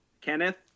Kenneth